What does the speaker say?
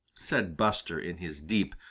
said buster in his deep,